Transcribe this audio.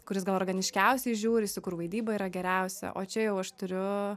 kuris gal organiškiausiai žiūrisi kur vaidyba yra geriausia o čia jau aš turiu